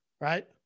right